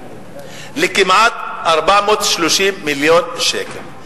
לכמעט 430 מיליון שקל.